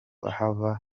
haba